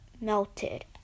melted